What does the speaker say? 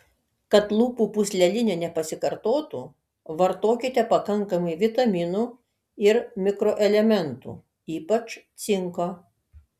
kad lūpų pūslelinė nepasikartotų vartokite pakankamai vitaminų ir mikroelementų ypač cinko